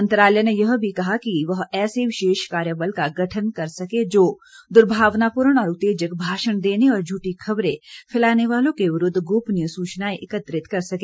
मंत्रालय ने यह भी कहा कि वह ऐसे विशेष कार्यबल का गठन कर सके जो दुर्भावनापूर्ण और उत्तेजक भाषण देने और झूठी खबरें फैलाने वालों के विरूद्व गोपनीय सूचनायें एकत्रित कर सके